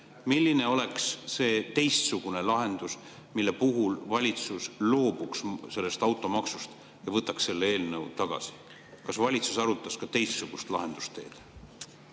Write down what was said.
milline oleks see teistsugune lahendus, mille puhul valitsus loobuks sellest automaksust ja võtaks selle eelnõu tagasi? Kas valitsus arutas ka teistsugust lahendust?